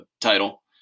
title